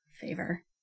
Favor